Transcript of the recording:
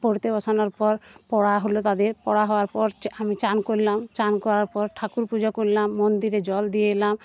পড়তে বসানোর পর পড়া হল তাদের পড়া হওয়ার পর আমি চান করলাম স্নান করার পর ঠাকুর পুজো করলাম মন্দিরে জল দিয়ে এলাম